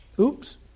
Oops